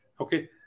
Okay